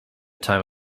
time